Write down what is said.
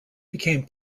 became